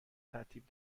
ترتیب